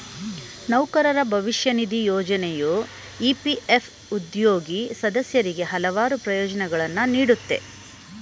ನೌಕರರ ಭವಿಷ್ಯ ನಿಧಿ ಯೋಜ್ನೆಯು ಇ.ಪಿ.ಎಫ್ ಉದ್ಯೋಗಿ ಸದಸ್ಯರಿಗೆ ಹಲವಾರು ಪ್ರಯೋಜ್ನಗಳನ್ನ ನೀಡುತ್ತೆ